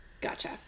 gotcha